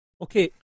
okay